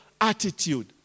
attitude